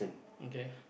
okay